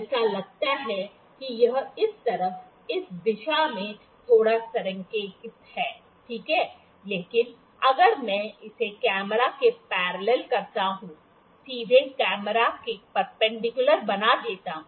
ऐसा लगता है कि यह इस तरफ इस दिशा में थोड़ा संरेखित है ठीक है लेकिन अगर मैं इसे कैमरे के पैरेलेल करता हूँ सीधे कैमरे के परपेंडिकक्युलर बना देता हूं